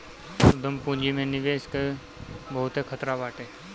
उद्यम पूंजी में निवेश कअ बहुते खतरा बाटे